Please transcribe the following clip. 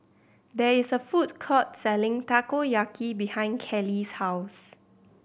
there is a food court selling Takoyaki behind Cali's house